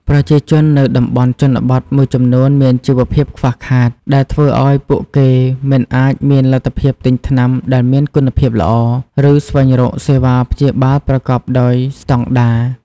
ប្រជាជននៅតំបន់ជនបទមួយចំនួនមានជីវភាពខ្វះខាត ដែលធ្វើឱ្យពួកគេមិនអាចមានលទ្ធភាពទិញថ្នាំដែលមានគុណភាពល្អ ឬស្វែងរកសេវាព្យាបាលប្រកបដោយស្តង់ដារ។